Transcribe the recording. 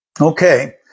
Okay